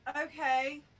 Okay